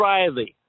Riley